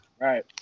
Right